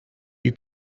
you